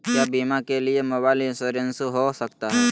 क्या बीमा के लिए मोबाइल इंश्योरेंस हो सकता है?